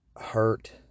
hurt